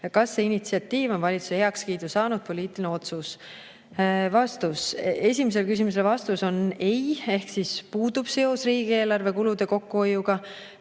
Kas see initsiatiiv on valitsuse heakskiidu saanud poliitiline otsus?" Esimesele küsimusele vastus on ei. Ehk puudub seos riigieelarve kulude kokkuhoiuga.